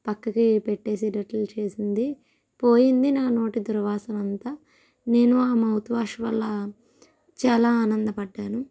పక్కకి పెట్టేసేటట్లు చేసింది పోయింది నా నోటి దుర్వాసన అంతా నేను ఆ మౌత్ వాష్ వల్ల చాలా ఆనందపడ్డాను